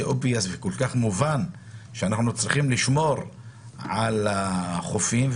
זה מובן מאליו שאנחנו צריכים לשמור על החופים,